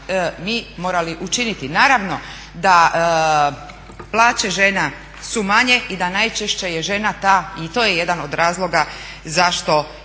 mi morali učiniti? Naravno da plaće žena su manje i da najčešće je žena ta i to je jedan od razloga zašto